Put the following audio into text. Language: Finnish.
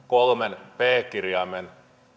kolmen p kirjaimen